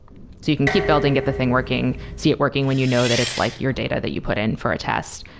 you can keep building. get the thing working. see it working when you know that it's like your data that you put in for a test.